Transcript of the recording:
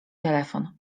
telefon